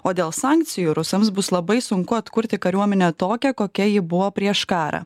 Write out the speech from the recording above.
o dėl sankcijų rusams bus labai sunku atkurti kariuomenę tokia kokia ji buvo prieš karą